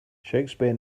shakespeare